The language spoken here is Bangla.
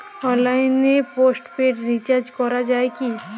অনলাইনে পোস্টপেড রির্চাজ করা যায় কি?